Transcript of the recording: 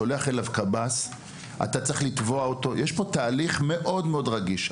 אתה שולח אליו קב״ס ובעצם מתרחש תהליך מאוד מאוד רגיש.